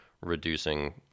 reducing